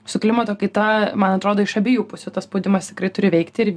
su klimato kaita man atrodo iš abiejų pusių tas spaudimas tikrai turi veikti ir